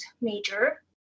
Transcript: major